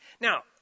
Now